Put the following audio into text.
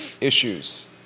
issues